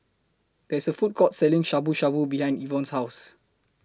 There IS A Food Court Selling Shabu Shabu behind Evonne's House